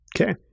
okay